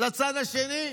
לצד השני,